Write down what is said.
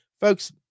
folks